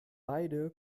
beide